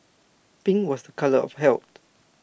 pink was A colour of health